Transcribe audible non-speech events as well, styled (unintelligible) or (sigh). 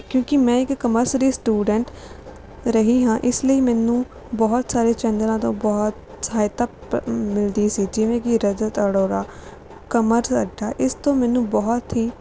ਕਿਉਂਕਿ ਮੈਂ ਇੱਕ ਕਮਰਸ ਦੀ ਸਟੂਡੈਂਟ ਰਰੀ ਹਾਂ ਇਸ ਲਈ ਮੈਂਨੂੰ ਬਹੁਤ ਸਾਰੇ ਚੈਨਲਾਂ ਤੋਂ ਬਹੁਤ ਸਹਾਇਤਾ (unintelligible) ਮਿਲਦੀ ਸੀ ਜਿਵੇਂ ਕਿ ਰਜਤ ਅਰੋੜਾ ਕਮਰਸ ਅੱਡਾ ਇਸ ਤੋਂ ਮੈਨੂੰ ਬਹੁਤ ਹੀ